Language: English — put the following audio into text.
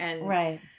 Right